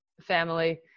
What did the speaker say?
family